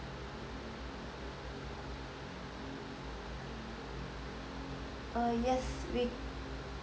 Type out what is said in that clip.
uh yes we